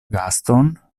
gaston